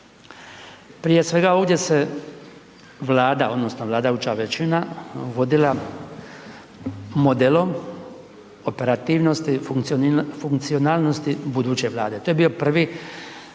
Prije svega, ovdje se Vlada, odnosno vladajuća većina vodila modelom operativnosti funkcionalnosti buduće vlade. To je bio prvi